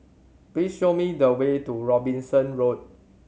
please show me the way to Robinson Road